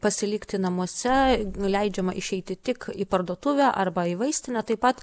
pasilikti namuose nu leidžiama išeiti tik į parduotuvę arba į vaistinę taip pat